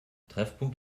treffpunkt